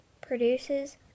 produces